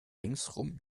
ringsum